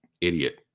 idiot